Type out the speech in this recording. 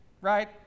right